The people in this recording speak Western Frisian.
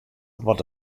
wat